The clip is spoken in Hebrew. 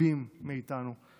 רבים מאיתנו,